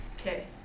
Okay